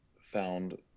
found